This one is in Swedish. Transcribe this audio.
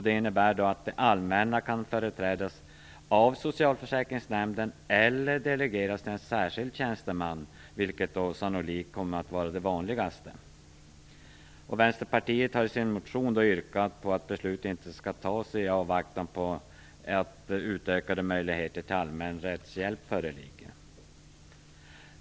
Det innebär att det allmänna kan företrädas av socialförsäkringsnämnden eller att ett ärende delegeras till en särskild tjänsteman, vilket sannolikt kommer att vara det vanligaste. Vänsterpartiet har i sin motion yrkat att beslut inte skall fattas, i avvaktan på att utökade möjligheter till allmän rättshjälp föreligger.